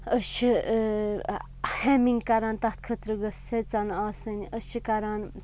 أسۍ چھِ ہیمِنٛگ کَران تَتھ خٲطرٕ گٔژھ سژَن آسٕنۍ أسۍ چھِ کَران